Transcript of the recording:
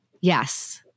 yes